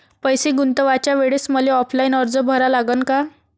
पैसे गुंतवाच्या वेळेसं मले ऑफलाईन अर्ज भरा लागन का?